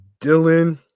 Dylan